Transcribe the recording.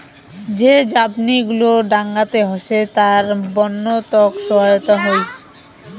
যে ঝাপনি গুলো ডাঙাতে হসে তার বন্য তক সহায়তা হই